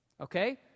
Okay